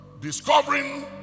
discovering